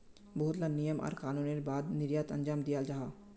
बहुत ला नियम आर कानूनेर बाद निर्यात अंजाम दियाल जाहा